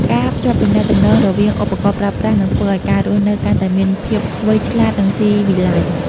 ការភ្ជាប់ទំនាក់ទំនងរវាងឧបករណ៍ប្រើប្រាស់នឹងធ្វើឱ្យការរស់នៅកាន់តែមានភាពវៃឆ្លាត និងស៊ីវិល័យ។